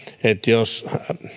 jos